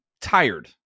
tired